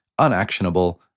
unactionable